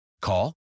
call